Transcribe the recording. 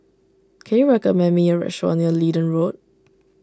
can you recommend me a restaurant near Leedon Road